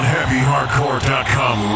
HeavyHardcore.com